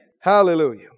Hallelujah